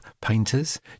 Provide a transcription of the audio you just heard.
painters